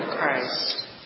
Christ